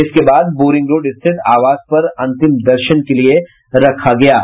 इसके बाद Boring Road स्थित आवास पर अंतिम दर्शन के लिये रखा गया था